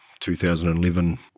2011